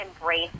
embrace